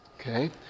okay